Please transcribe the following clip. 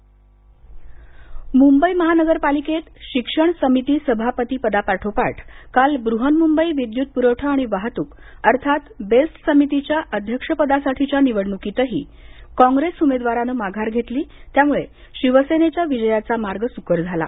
मुंबई मनपा मुंबई महानगरपालिकेत शिक्षण समिती सभापतीपदा पाठोपाठ काल ब्रहन्मुंबई विद्युत प्रवठा आणि वाहतूक अर्थात बेस्ट समितीच्या अध्यक्षपदासाठीच्या निवडणूकीतही कॉंग्रेस उमेदवारानं माघार घेतली त्यामुळे शिवसेनेच्या विजयाचा मार्ग सुकर झाला